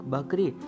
Bakri